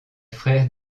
frères